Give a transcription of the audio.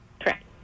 Correct